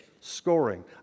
scoring